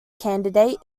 candidate